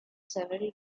several